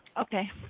Okay